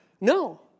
No